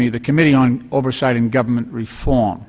me the committee on oversight and government reform